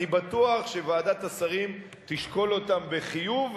אני בטוח שוועדת השרים תשקול אותן בחיוב,